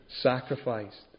Sacrificed